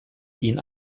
ihn